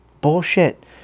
Bullshit